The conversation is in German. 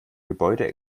gebäude